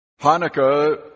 Hanukkah